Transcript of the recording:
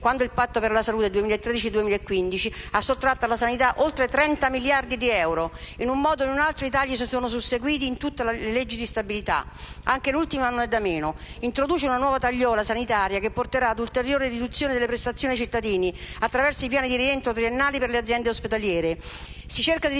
quando il Patto per la salute 2013-2015 ha sottratto alla sanità oltre 30 miliardi di euro, in un modo o in un altro i tagli si sono susseguiti in tutte le leggi di stabilità. Anche l'ultima, non è da meno: introduce una nuova tagliola sanitaria che porterà ad un'ulteriore riduzione delle prestazioni ai cittadini, attraverso i piani di rientro triennali per le aziende ospedaliere;